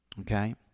Okay